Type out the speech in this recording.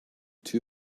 two